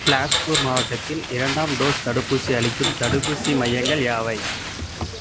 பிலாஸ்பூர் மாவட்டத்தில் இரண்டாம் டோஸ் தடுப்பூசி அளிக்கும் தடுப்பூசி மையங்கள் யாவை